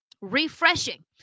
refreshing